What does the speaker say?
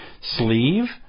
sleeve